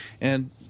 And-